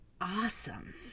awesome